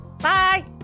Bye